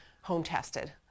home-tested